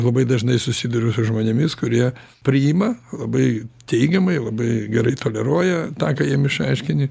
labai dažnai susiduriu su žmonėmis kurie priima labai teigiamai labai gerai toleruoja tą ką jiem išaiškini